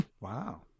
Wow